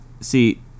see